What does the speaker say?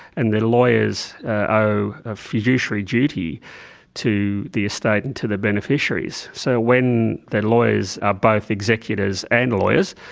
and the lawyers owe a fiduciary duty to the estate and to the beneficiaries. so when the lawyers are both executors and lawyers,